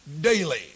daily